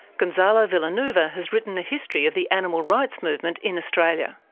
gonzalo villanueva has written a history of the animal rights movement in australia.